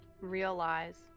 realize